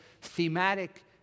thematic